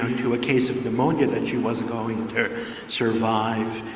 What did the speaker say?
and to a case of pneumonia that she was going to survive